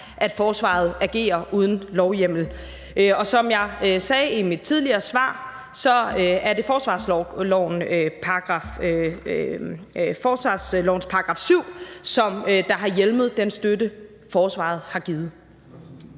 at forsvaret agerer uden lovhjemmel. Og som jeg sagde i mit tidligere svar, er det forsvarslovens § 7, som har hjemlet den støtte, forsvaret har givet.